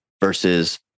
versus